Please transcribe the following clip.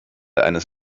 eines